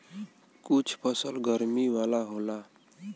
कुछ फसल गरमी वाला होला